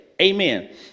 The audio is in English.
Amen